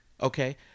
okay